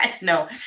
no